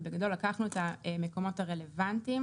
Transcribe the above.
אבל בגדול לקחנו את המקומות הרלוונטיים